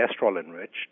cholesterol-enriched